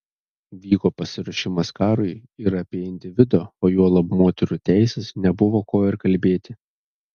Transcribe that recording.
vyko pasiruošimas karui ir apie individo o juolab moterų teises nebuvo ko ir kalbėti